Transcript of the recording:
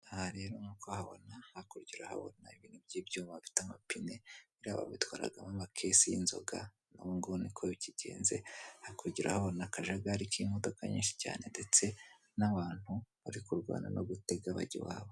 Aha rero nk'uko uhabona hakurya urahabona ibintu by'ibyuma bifite amapine, biriya babitwaragamo amakesi y'inzoga, n'ubungubu niko bikigenze, hakurya urahabona akajagari k'imodoka nyinshi cyane ndetse n'abantu bari kurwana no gutega bajya iwabo.